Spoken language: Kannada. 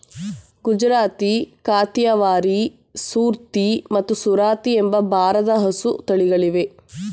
ಗುಜರಾತಿ, ಕಾಥಿಯವಾರಿ, ಸೂರ್ತಿ ಮತ್ತು ಸುರತಿ ಎಂಬ ಭಾರದ ಹಸು ತಳಿಗಳಿವೆ